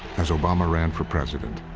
as obama ran for president,